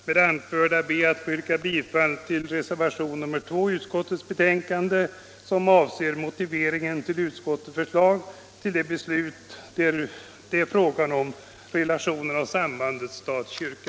Med det anförda ber jag att få yrka bifall till reservationen 2 vid utskottets betänkande som avser motiveringen till utskottets förslag angående relationerna stat-kyrka.